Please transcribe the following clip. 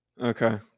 Okay